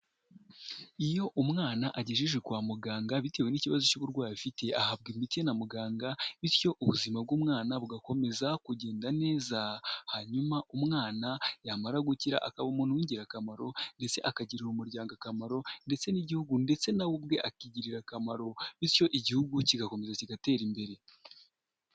Iyo umwana agejeje kwa muganga bitewe n'ikibazo cy'uburwayifi ahabwa imiti na muganga bityo ubuzima bw'umwana bugakomeza kugenda neza. Hanyuma umwana yamara gukira akaba umuntu w'ingirakamaro ndetse akagirira umuryango akamaro ndetse n'igihugu ndetse nawe ubwe akigirira akamaro bityo igihugu kigakomeza kigatera imbere.